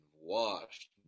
washed